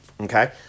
Okay